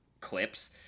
clips